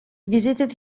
visited